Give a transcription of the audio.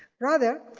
rather,